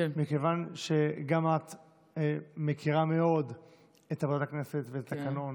מכיוון שגם את מכירה מאוד את עבודת הכנסת ואת התקנון,